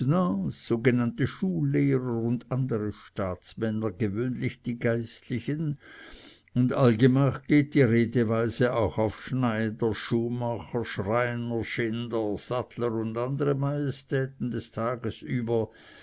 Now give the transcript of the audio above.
sogenannte schullehrer und andere staatsmänner gewöhnlich die geistlichen und allgemach geht die redeweise auch auf schneider schuhmacher schreiner schinder sattler und andere majestäten des tages über